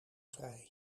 vrij